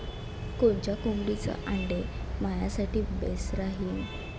कोनच्या कोंबडीचं आंडे मायासाठी बेस राहीन?